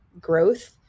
growth